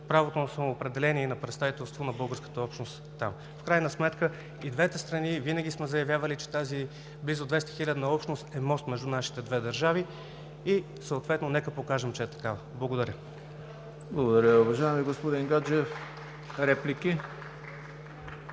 правото на самоопределение и на представителство на българската общност там. В крайна сметка и двете страни винаги сме заявявали, че тази близо 200-хилядна общност е мост между нашите две държави и съответно нека покажем, че е такава. Благодаря. ПРЕДСЕДАТЕЛ ЕМИЛ ХРИСТОВ: Благодаря, уважаеми господин Гаджев. Реплики?